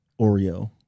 Oreo